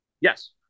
Yes